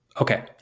okay